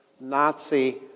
Nazi